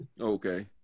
okay